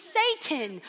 satan